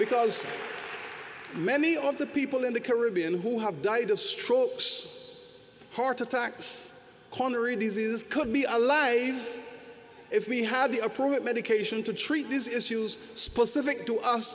because many of the people in the caribbean who have died of strokes heart attacks connery disease could be alive if we had the appropriate medication to treat this is who's specific to us